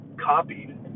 copied